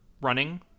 running